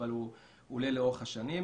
אבל הוא עולה לאורך השנים.